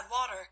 WATER